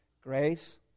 grace